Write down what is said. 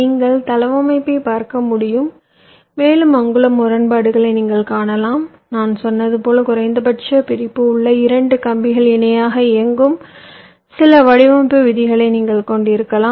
நீங்கள் தளவமைப்பைப் பார்க்க முடியும் மேலும் அங்குள்ள முரண்பாடுகளை நீங்கள் காணலாம் நான் சொன்னது போல் குறைந்தபட்ச பிரிப்பு உள்ள 2 கம்பிகள் இணையாக இயங்கும் சில வடிவமைப்பு விதிகளை நீங்கள் கொண்டிருக்கலாம்